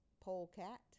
polecat